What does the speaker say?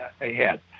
ahead